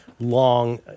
long